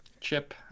chip